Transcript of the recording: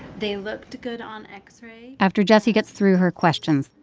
they looked good on x-ray after jessie gets through her questions,